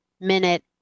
minute